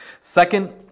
Second